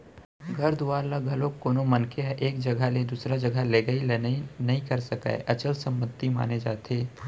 घर दुवार ल घलोक कोनो मनखे ह एक जघा ले दूसर जघा लेगई लनई नइ करे सकय, अचल संपत्ति माने जाथे